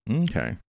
Okay